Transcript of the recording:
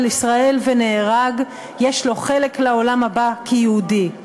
ישראל ונהרג יש לו חלק לעולם הבא כיהודי.